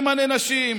השר ממנה נשים.